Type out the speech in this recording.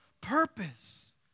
purpose